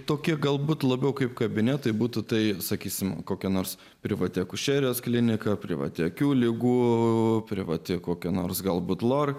tokia galbūt labiau kaip kabinetai būtų tai sakysime kokia nors privati akušerijos klinika privati akių ligų privati kokia nors galbūt lor